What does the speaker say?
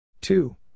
Two